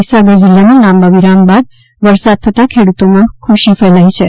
મહીસાગર જીલ્લામાં લાંબા વિરામ બાદ વરસાદ થતાં ખેડૂતઓમાં ખુશી ફેલાઈ છે